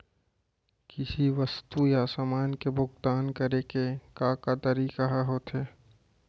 किसी वस्तु या समान के भुगतान करे के का का तरीका ह होथे?